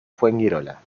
fuengirola